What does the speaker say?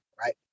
right